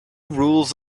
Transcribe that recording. rules